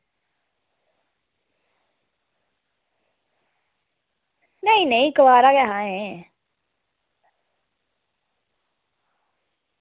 नेईं नेईं कोआरा गै ऐहा ऐहीं